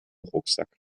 rucksack